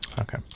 Okay